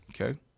Okay